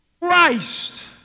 Christ